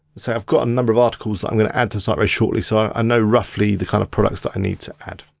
so i've got a number of articles that i'm gonna add to the site very shortly, so i know roughly the kind of products that i need to add.